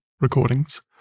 recordings